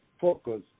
focus